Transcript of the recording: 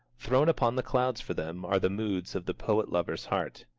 thrown upon the clouds for them are the moods of the poet-lover's heart.